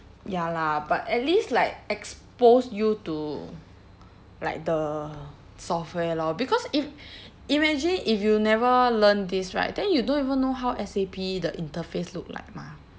ya lah but at least like expose you to like the software lor because if imagine if you never learn this right then you don't even know how S_A_P the interface look like mah